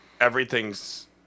everything's